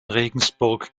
regensburg